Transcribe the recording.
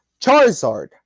Charizard